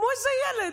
כמו איזה ילד.